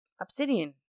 Obsidian